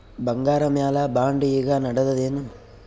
ಬಂಗಾರ ಮ್ಯಾಲ ಬಾಂಡ್ ಈಗ ನಡದದೇನು?